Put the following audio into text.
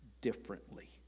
differently